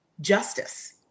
justice